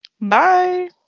Bye